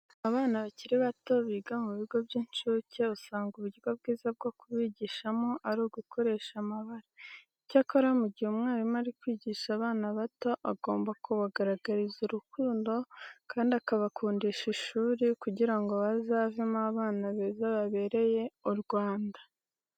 Abana bakiri bato biga mu bigo by'incuke usanga uburyo bwiza bwo kubigishamo ari ugukoresha amabara. Icyakora mu gihe umwarimu ari kwigisha abana bato agomba kubagaragariza urukundo kandi akabakundisha ishuri kugira ngo bazavemo abana beza babereye u Rwanda.